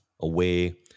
away